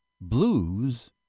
Blues